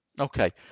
Okay